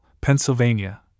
Pennsylvania